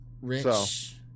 Rich